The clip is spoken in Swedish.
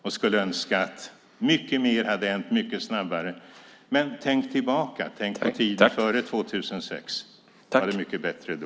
Jag skulle önska att mycket mer hade hänt mycket snabbare. Men tänk tillbaka! Tänk på tiden före 2006! Var det mycket bättre då?